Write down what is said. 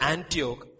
Antioch